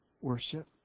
worship